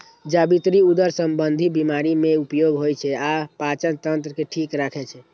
जावित्री उदर संबंधी बीमारी मे उपयोग होइ छै आ पाचन तंत्र के ठीक राखै छै